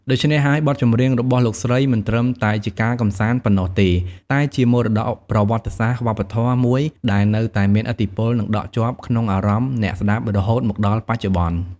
ដូច្នេះហើយ បទចម្រៀងរបស់លោកស្រីមិនត្រឹមតែជាការកម្សាន្តប៉ុណ្ណោះទេ តែជា មរតកប្រវត្តិសាស្ត្រវប្បធម៌ មួយដែលនៅតែមានឥទ្ធិពល និងដក់ជាប់ក្នុងអារម្មណ៍អ្នកស្តាប់រហូតមកដល់បច្ចុប្បន្ន។